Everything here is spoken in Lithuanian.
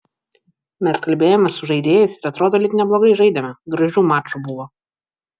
mes kalbėjomės su žaidėjais ir atrodo lyg neblogai žaidėme gražių mačų buvo